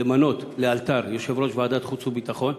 למנות לאלתר יושב-ראש ועדת חוץ וביטחון.